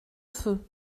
feu